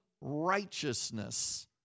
righteousness